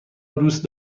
دوست